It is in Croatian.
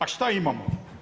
A šta imamo?